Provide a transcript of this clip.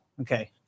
Okay